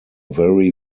very